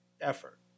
effort